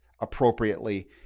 appropriately